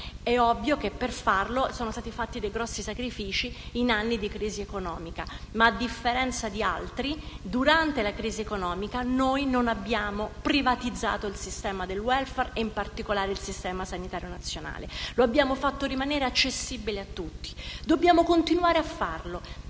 È ovvio che, per farlo, sono stati fatti grossi sacrifici in anni di crisi economica. Ma, a differenza di altri, durante la crisi economica noi non abbiamo privatizzato il sistema del *welfare* e in particolare il Sistema sanitario nazionale; lo abbiamo fatto rimanere accessibile a tutti e dobbiamo continuare a farlo.